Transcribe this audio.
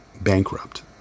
bankrupt